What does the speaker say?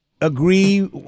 agree